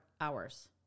hours